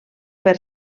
per